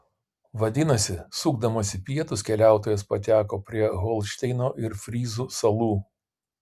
vadinasi sukdamas į pietus keliautojas pateko prie holšteino ir fryzų salų